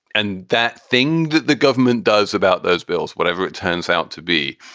and that thing that the government does about those bills, whatever it turns out to be,